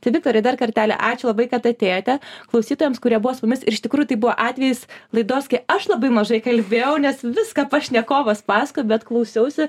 tai viktorai dar kartelį ačiū labai kad atėjote klausytojams kurie buvo su mumis ir iš tikrųjų tai buvo atvejis laidos kai aš labai mažai kalbėjau nes viską pašnekovas pasakojo bet klausiausi